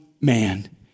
man